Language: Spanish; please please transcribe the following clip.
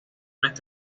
primer